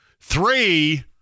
three